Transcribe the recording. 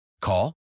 Call